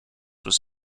was